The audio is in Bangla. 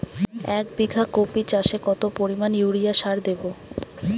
এক বিঘা কপি চাষে কত পরিমাণ ইউরিয়া সার দেবো?